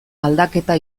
aldaketa